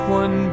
one